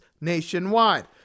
nationwide